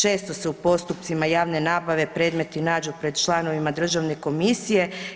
Često se u postupcima javne nabave predmeti nađu pred članovima državne komisije.